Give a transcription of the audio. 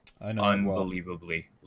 Unbelievably